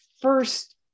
first